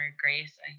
grace